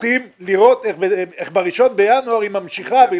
צריכים לראות איך ב-1 בינואר היא ממשיכה כי